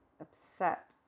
upset